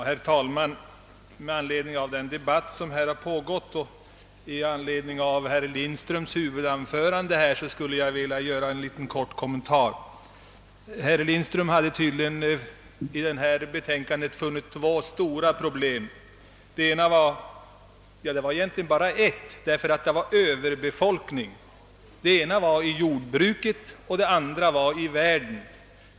Herr talman! Med anledning av den debatt som här har pågått och med anledning av herr Lindströms huvudanförande skulle jag vilja göra en kort kommentar. Herr Lindström hade tydligen i detta utskottsbetänkande funnit två stora problem — nej, egentligen bara ett. Problemet gällde överbefolkningen, i det ena fallet inom jordbruket och i det andra fallet i världen.